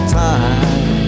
time